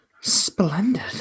splendid